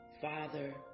Father